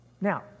Now